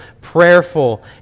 prayerful